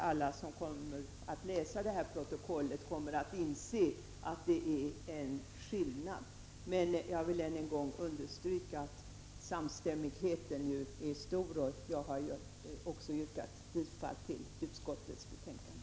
Alla som läser detta protokoll kommer att inse att det är en skillnad. Jag vill emellertid än en gång understryka att samstämmigheten är stor, och jag har yrkat bifall till utskottets hemställan.